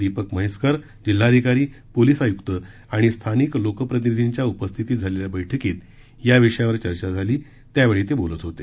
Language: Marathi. दीपक म्हैसेकर पोलीस आयुक्त जिल्हाधिकारी आणि स्थानिक लोकप्रतिनिधींच्या उपस्थितीत झालेल्या बैठकीत या विषयावर चर्चा झाली त्यावेळी ते बोलत होते